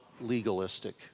legalistic